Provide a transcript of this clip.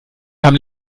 haben